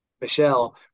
michelle